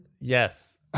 Yes